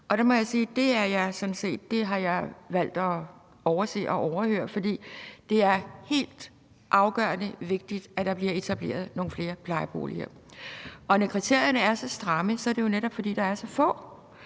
det har jeg valgt at overse og overhøre, for det er helt afgørende vigtigt, at der bliver etableret nogle flere plejeboliger. Når kriterierne er så stramme, er det jo netop, fordi der er så få.